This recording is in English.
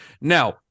Now